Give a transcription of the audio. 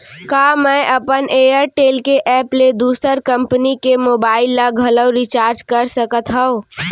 का मैं अपन एयरटेल के एप ले दूसर कंपनी के मोबाइल ला घलव रिचार्ज कर सकत हव?